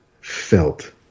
felt